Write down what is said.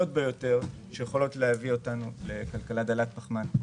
ביותר שיכולות להביא אותנו לכלכלה דלת פחמן.